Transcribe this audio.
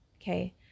Okay